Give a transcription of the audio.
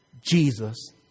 Jesus